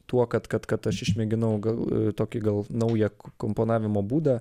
tuo kad kad kad aš išmėginau gal tokį gal naują komponavimo būdą